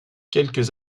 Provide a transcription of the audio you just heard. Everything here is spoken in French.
quelques